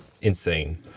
insane